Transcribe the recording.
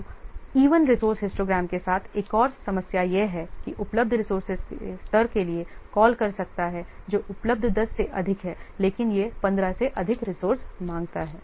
तो even resource histogram के साथ एक और समस्या यह है कि यह उपलब्ध रिसोर्सेस के स्तर के लिए कॉल कर सकता है जो उपलब्ध 10 से अधिक हैं लेकिन यह 15 से अधिक रिसोर्स मांगता है